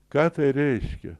ką tai reiškia